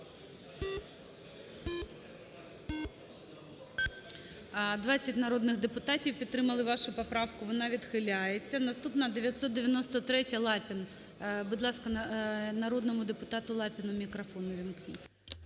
20 народних депутатів підтримали вашу поправку, вона відхиляється. Наступна 993-я, Лапін. Будь ласка, народному депутата Лапіну мікрофон увімкніть.